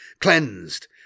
cleansed